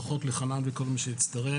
ברכות לחנן ולכל מי שהצטרף,